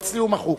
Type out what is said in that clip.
בפסקה (6),